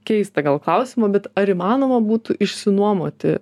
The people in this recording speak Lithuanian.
keistą gal klausimą bet ar įmanoma būtų išsinuomoti